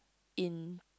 in